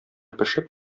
пешеп